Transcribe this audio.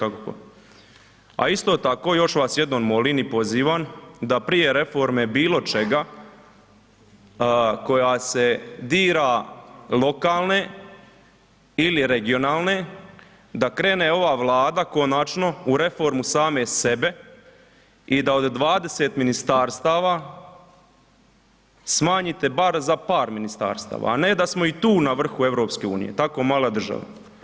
A isto tako još vas jednom molim i pozivam da prije reforme bilo čega koja se dira lokalne ili regionalne, da krene ova Vlada konačno u reformu same sebe i da od 20 ministarstava smanjite bar za par ministarstava, a ne da smo i tu na vrhu EU, tako mala država.